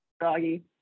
Doggy